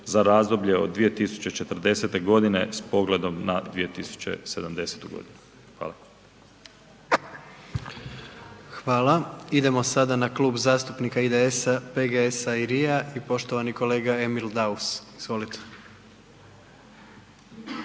za razdoblje od 2040.-te godine s pogledom na 2070.-tu godinu. Hvala. **Jandroković, Gordan (HDZ)** Hvala. Idemo sada na Klub zastupnika IDS-PGS-LRI-a, i poštovani kolega Emil Daus. Izvolite.